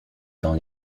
dans